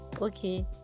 Okay